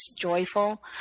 joyful